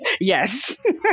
Yes